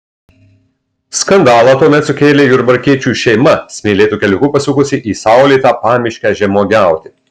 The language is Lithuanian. skandalą tuomet sukėlė jurbarkiečių šeima smėlėtu keliuku pasukusi į saulėtą pamiškę žemuogiauti